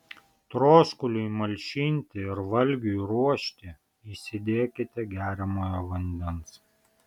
troškuliui malšinti ir valgiui ruošti įsidėkite geriamojo vandens